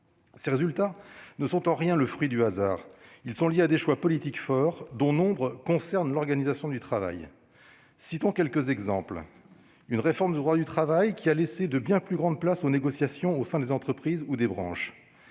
Ces résultats ne sont en rien le fruit du hasard. Ils sont liés à des choix politiques forts, dont nombre concernent l'organisation du travail. Je citerai quelques exemples. Tout d'abord, je citerai la réforme du droit du travail, qui a laissé une bien plus grande place aux négociations au sein des entreprises ou des branches,